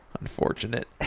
unfortunate